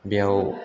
बेयाव